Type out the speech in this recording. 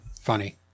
funny